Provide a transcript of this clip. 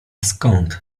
skąd